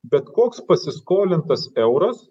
bet koks pasiskolintas euras